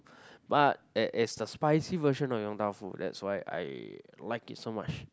but it's the spicy version of Yong-Tau-Foo that's why I like it so much